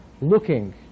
looking